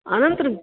अनन्तरं